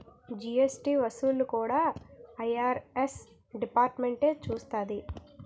GST వసూళ్లు కూడా IRS డిపార్ట్మెంటే చూస్తాది